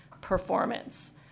performance